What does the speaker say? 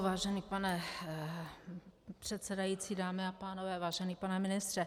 Vážený pane předsedající, dámy a pánové, vážený pane ministře.